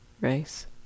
race